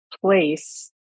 place